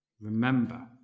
remember